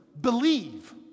believe